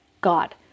God